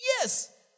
Yes